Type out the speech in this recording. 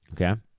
okay